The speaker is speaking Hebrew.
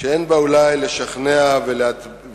שאין בה אולי לשכנע ולהצביע,